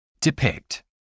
Depict